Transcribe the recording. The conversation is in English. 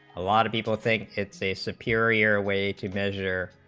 a lot of people think it's a superior way to measure,